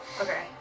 Okay